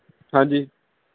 ਹਾਂਜੀ